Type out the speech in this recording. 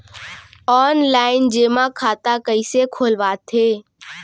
Offline जेमा खाता कइसे खोलवाथे?